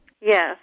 Yes